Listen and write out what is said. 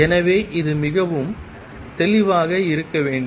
எனவே இது மிகவும் தெளிவாக இருக்க வேண்டும்